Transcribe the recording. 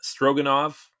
Stroganov